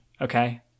Okay